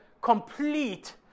complete